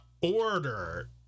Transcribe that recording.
Order